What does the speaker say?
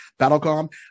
Battlecom